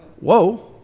Whoa